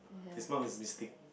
his mum is Mystique